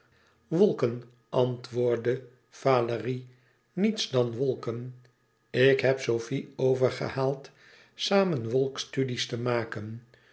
wolken antwoordde valérie niets dan wolken ik heb sofie overgehaald samen wolkstudies te maken